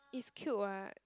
it's cute [what]